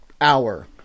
hour